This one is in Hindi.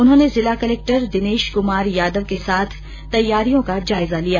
उन्होंने जिला कलेक्टर दिनेश कुमार यादव के साथ तैयारियों का जायजा लिया